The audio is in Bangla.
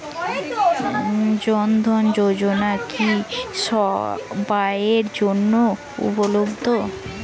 জন ধন যোজনা কি সবায়ের জন্য উপলব্ধ?